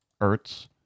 Ertz